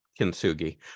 Kintsugi